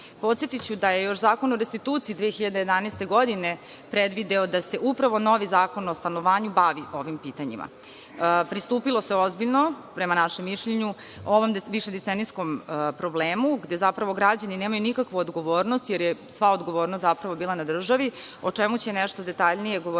Podsetiću da je još Zakon o restituciji 2011. godine, predvideo da se upravo novi Zakon o stanovanju bavi ovim pitanjima. Pristupilo se ozbiljno, prema našem mišljenju ovom višedecenijskom problemu, gde zapravo građani nemaju nikakvu odgovornost, jer je sva odgovornost zapravo bila na državi, o čemu će nešto detaljnije govoriti